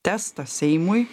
testą seimui